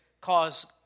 cause